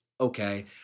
okay